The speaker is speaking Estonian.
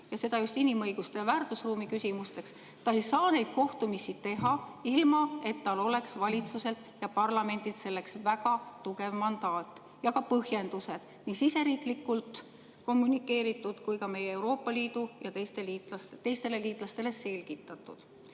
pingelised just inimõiguste ja väärtusruumi küsimustes, ilma et tal oleks valitsuselt ja parlamendilt selleks väga tugev mandaat ja ka põhjendused, nii siseriiklikult kommunikeeritud kui ka meie Euroopa Liidu ja teistele liitlastele selgitatud.